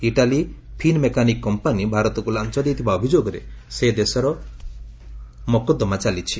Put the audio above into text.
ଇଟାଲୀର Finmeccanica company ଭାରତକୁ ଲାଞ୍ଚ ଦେଇଥିବା ଅଭିଯୋଗରେ ସେ ଦେଶରେ ମୋକଦ୍ଦମା ଚାଲିଛି